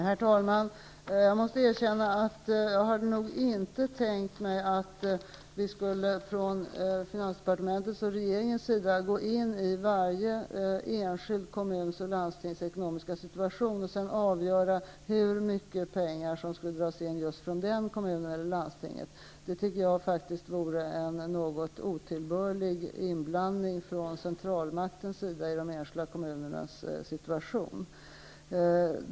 Herr talman! Jag måste erkänna att jag nog inte hade tänkt mig att finansdepartementet och regeringen skulle gå in på varje enskild kommuns och varje landstings ekonomiska situation för att sedan avgöra hur mycket pengar som skulle dras in från den aktuella kommunen eller det aktuella landstinget. Det tycker jag faktiskt vore en något otillbörlig inblandning från centralmaktens sida i fråga om de enskilda kommunernas situation.